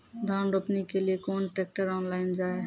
धान रोपनी के लिए केन ट्रैक्टर ऑनलाइन जाए?